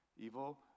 Evil